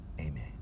Amen